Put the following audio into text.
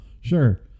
Sure